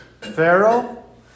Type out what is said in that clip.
Pharaoh